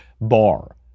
Bar